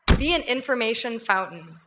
be an information fountain.